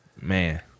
Man